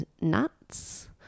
nuts